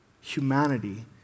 humanity